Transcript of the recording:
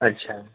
अच्छा